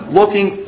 looking